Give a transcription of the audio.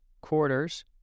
quarters